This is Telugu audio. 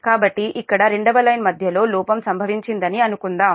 కాబట్టి ఇక్కడ రెండవ లైన్ మధ్యలో లోపం సంభవించిందని అనుకుందాం